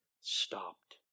stopped